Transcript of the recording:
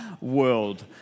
world